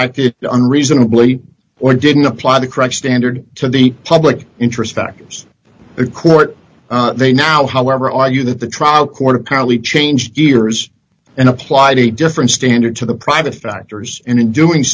acted unreasonably or didn't apply the correct standard to the public interest factors the court they now however argue that the trial court apparently changed gears and applied a different standard to the private factors and in doing